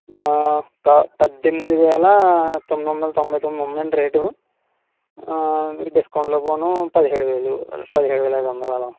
పద్దెనిమిది వేల తొమ్మిదొందల తొంభై తొమ్మిది ఉన్నదండీ రేటు డిస్కౌంట్ లో పోన్ లో పదిహేడు వేలు పదిహేడు వేలఐదు వందలు అలా